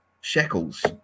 shekels